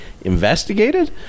investigated